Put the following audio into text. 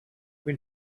when